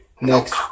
next